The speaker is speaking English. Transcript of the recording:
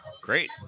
great